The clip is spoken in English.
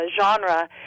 genre